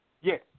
Yes